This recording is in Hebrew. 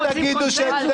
מכיוון שאנחנו רוצים